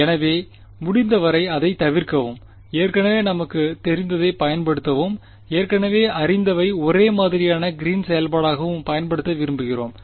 எனவே முடிந்தவரை அதைத் தவிர்க்கவும் ஏற்கனவே நமக்குத் தெரிந்ததைப் பயன்படுத்தவும் ஏற்கனவே அறிந்தவை ஒரே மாதிரியான கிரீன்ஸ் green's செயல்பாடாகவும் பயன்படுத்த விரும்புகிறோம்